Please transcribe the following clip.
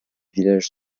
village